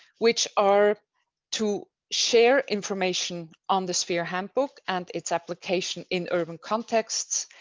which are to share information on the sphere handbook and its application in urban contexts.